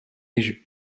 již